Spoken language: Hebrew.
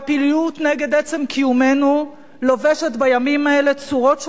והפעילות נגד עצם קיומנו לובשת בימים האלה צורות שונות,